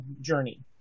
journey